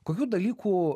kokių dalykų